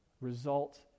result